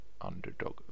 underdog